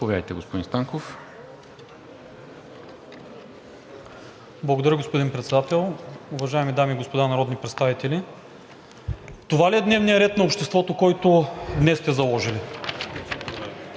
СТАНКОВ (ГЕРБ-СДС): Благодаря, господин Председател. Уважаеми дами и господа народни представители! Това ли е дневният ред на обществото, който днес сте заложили?